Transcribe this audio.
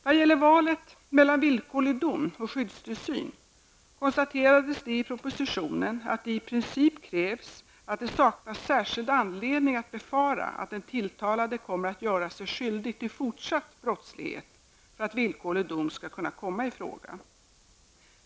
Vad gäller valet mellan villkorlig dom och skyddstillsyn konstaterades det i propositionen att det i princip krävs att det saknas särskild anledning att befara att den tilltalade kommer att göra sig skyldig till fortsatt brottslighet för att villkorlig dom skall kunna komma i fråga.